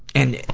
and,